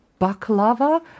baklava